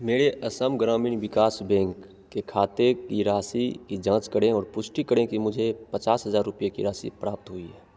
मेरे असम ग्रामीण विकास बैंक के खाते की राशि की जाँच करें और पुष्टि करें कि मुझे पचास हज़ार रुपये की राशि प्राप्त हुई है